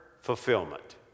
Fulfillment